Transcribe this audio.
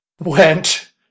went